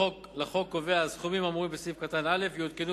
לחוק קובע כי "הסכומים האמורים בסעיף קטן (א) יעודכנו